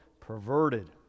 perverted